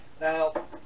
now